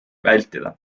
vältida